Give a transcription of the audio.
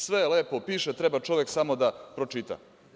Sve lepo piše, treba čovek samo da pročita.